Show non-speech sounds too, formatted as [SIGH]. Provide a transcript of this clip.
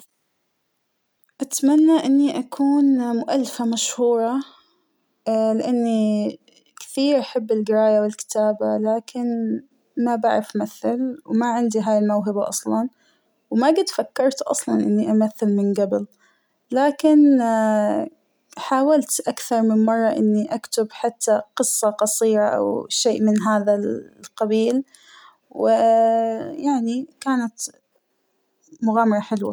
أتمنى أنى أكون مؤلفة مشهورة [HESITATION] لأنى كثير أحب القراية والكتابة ، لكن ما بعرف امثل و ما عندى هاى الموهبة اصلاً ، وما جيت فكرت اصلاً إنى أمثل من قبل ،لكن حاولت أكثر من مرة إنى أكتب قصة قصيرة أو شىء من هذا القبيل و [HESITATION] يعنى كانت مغامرة حلوة.